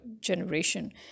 generation